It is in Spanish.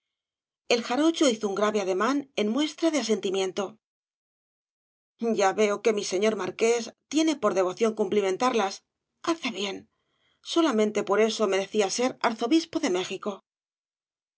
el jarocho hizo un grave ademán en muestra de asentimiento ya veo que mi señor marqués tiene por devoción cumplimentarlas hace bien solamente por eso merecía ser arzobispo de méxico